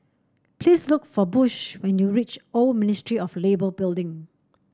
please look for Bush when you reach Old Ministry of Labour Building